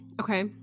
Okay